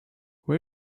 where